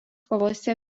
kovose